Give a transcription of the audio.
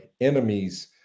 enemies